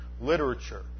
literature